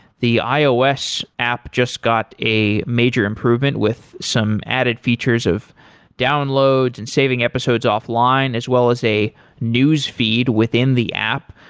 the ios app just got a major improvement with some added features of downloads and saving episodes offline, as well as a news feed within the app,